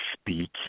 speak